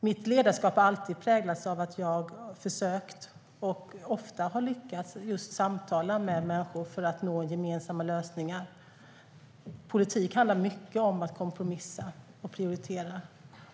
Mitt ledarskap har alltid präglats av att jag har försökt och ofta har lyckats att just samtala med människor för att nå gemensamma lösningar. Politik handlar mycket om att kompromissa och prioritera.